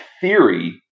theory